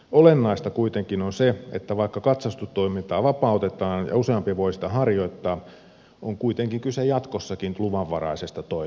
olennaista kuitenkin on se että vaikka katsastustoimintaa vapautetaan ja useampi voi sitä harjoittaa on kuitenkin kyse jatkossakin luvanvaraisesta toiminnasta